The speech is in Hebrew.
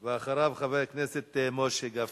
אחריו, חבר הכנסת משה גפני,